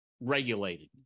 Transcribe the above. regulated